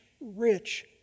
rich